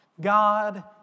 God